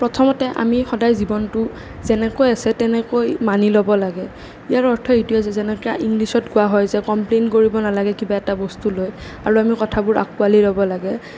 প্ৰথমতে আমি সদায় জীৱনটো যেনেকৈয়ে আছে তেনেকৈয়ে মানি ল'ব লাগে ইয়াৰ অৰ্থ এইটোৱেই যে যেনেকৈ ইংলিছত কোৱা হয় যে কমপ্লেইন কৰিব নালাগে কিবা এটা বস্তু লৈ আৰু আমি কথাবোৰ আঁকোৱালি ল'ব লাগে